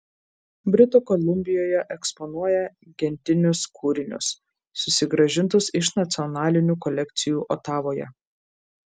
britų kolumbijoje eksponuoja gentinius kūrinius susigrąžintus iš nacionalinių kolekcijų otavoje